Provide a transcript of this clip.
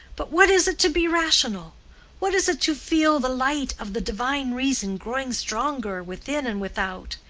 but what is it to be rational what is it to feel the light of the divine reason growing stronger within and without?